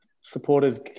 supporters